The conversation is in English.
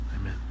Amen